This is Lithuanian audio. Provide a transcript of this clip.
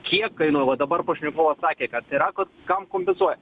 kiek kainuoja va dabar pašnekovas sakė kad yra ko kam kompensuoja